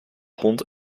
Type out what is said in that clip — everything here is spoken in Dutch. hond